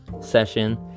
session